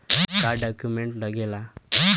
का डॉक्यूमेंट लागेला?